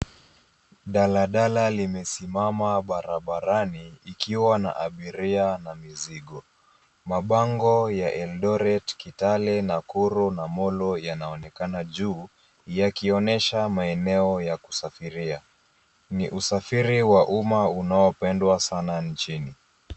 Daladala limesimama barabarani, ikiwa na abiria na mizigo. Mabango ya Eldoret, Kitale, Nakuru, na Molo, yanaonekana juu, yakionesha maenea ya kusafiria. Ni usafiri wa uma unaopendwa sana nchini.